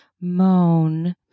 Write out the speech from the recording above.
moan